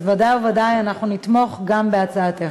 אז ודאי ובוודאי נתמוך גם בהצעתך.